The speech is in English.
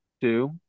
Two